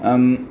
अहं